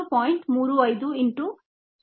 35 into 0